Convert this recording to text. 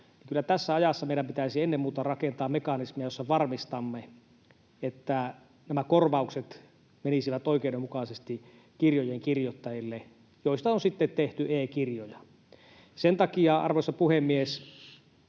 kyllä meidän pitäisi ennen muuta rakentaa mekanismia, jolla varmistamme, että nämä korvaukset menisivät oikeudenmukaisesti niiden kirjojen kirjoittajille, joista on sitten tehty e-kirjoja. Sen takia, arvoisa puhemies,